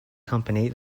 company